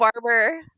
barber